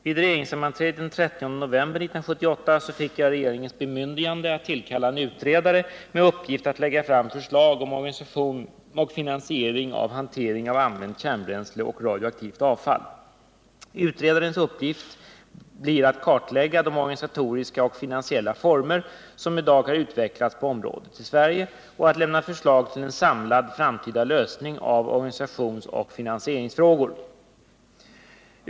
Vid regeringssammanträdet den 30 november 1978 fick jag regeringens bemyndigande att tillkalla en utredare med uppgift att lägga fram förslag om organisation och finansiering av hanteringeå av Utredarens uppgift blir att kartlägga de organisatoriska och finansiella Måndagen den former som i dag har utvecklats på området i Sverige och att lämna förslag till 11 december 1978 en samlad framtida lösning av organisationsoch finansieringsfrågorna.